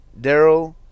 Daryl